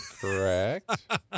Correct